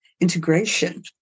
integration